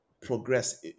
progress